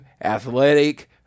athletic